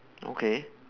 okay